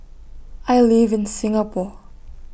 I live in Singapore